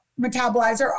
metabolizer